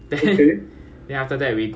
ya then from then on I have like